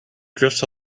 drifts